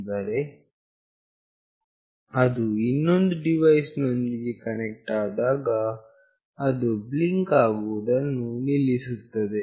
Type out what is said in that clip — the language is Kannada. ಆದರೆ ಅದು ಇನ್ನೊಂದು ಡಿವೈಸ್ ನೊಂದಿಗೆ ಕನೆಕ್ಟ್ ಆದಾಗ ಆಗ ಅದು ಬ್ಲಿಂಕ್ ಆಗುವುದನ್ನು ನಿಲ್ಲಿಸುತ್ತದೆ